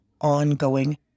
ongoing